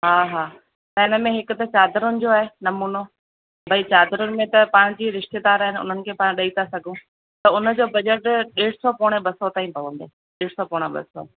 हा हा त हिन में हिक त चादरुनि जो आहे नमूनो भई चादरुनि में त पाणि जीअं रिश्तेदार आहिनि हुनखे पाणि ॾेई था सघूं त हुनजो बजेट ॾेढु सौ पोणे ॿ सौ ताईं पवंदो ॾेढु सौ पोणा ॿ सौ